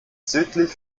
südlich